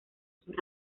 sus